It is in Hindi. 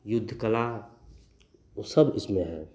युद्ध कला वह सब उसमें है